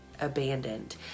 abandoned